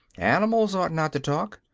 animals ought not to talk.